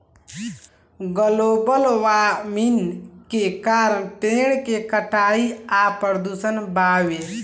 global warming के कारण पेड़ के कटाई आ प्रदूषण बावे